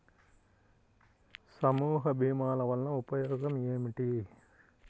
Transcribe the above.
సమూహ భీమాల వలన ఉపయోగం ఏమిటీ?